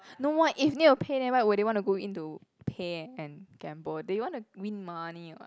no what if need to pay then why would they want to go in to pay and gamble they want to win money [what]